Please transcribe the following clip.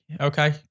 Okay